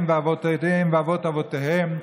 הם ואבותיהם ואבות אבותיהם,